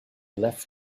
left